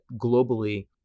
globally